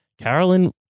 Carolyn